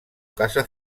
casa